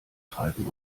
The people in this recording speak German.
treiben